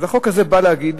אז החוק הזה בא לחייב